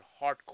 hardcore